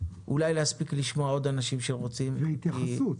להספיק אולי לשמוע עוד אנשים שרוצים להתייחס.